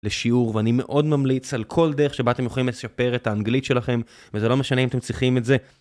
לשיעור ואני מאוד ממליץ על כל דרך שבה אתם יכולים לשפר את האנגלית שלכם וזה לא משנה אם אתם צריכים את זה.